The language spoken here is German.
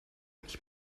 mich